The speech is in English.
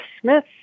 Smith